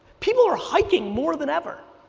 people are hiking more than ever.